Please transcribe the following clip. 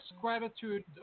gratitude